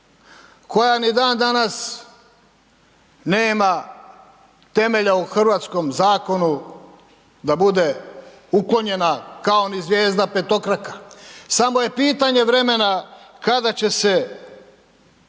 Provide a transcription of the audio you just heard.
koja ni dan danas nema temelja u hrvatskom zakonu da bude uklonjena kao ni zvijezda petokraka. Samo je pitanje vremena kada će se